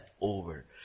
over